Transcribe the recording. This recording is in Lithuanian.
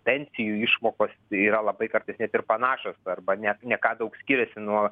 pensijų išmokos yra labai kartais net ir panašios arba ne ne ką daug skiriasi nuo